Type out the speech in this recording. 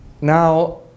Now